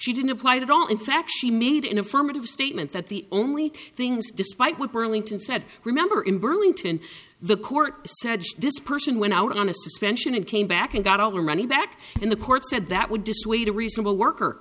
she didn't apply the wrong in fact she made an affirmative statement that the only things despite what burlington said remember in burlington the court judge this person went out on a suspension and came back and got all the money back and the court said that would dissuade a reasonable worker